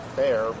fair